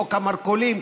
חוק המרכולים.